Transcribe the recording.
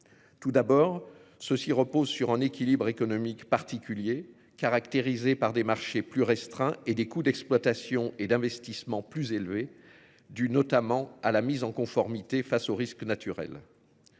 Tout d'abord ceci repose sur un équilibre économique particulier caractérisé par des marchés plus restreints et des coûts d'exploitation et d'investissement plus élevé, dû notamment à la mise en conformité face aux risques naturels.